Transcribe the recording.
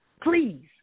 please